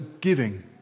giving